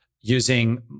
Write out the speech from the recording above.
using